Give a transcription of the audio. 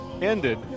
ended